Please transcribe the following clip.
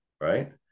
right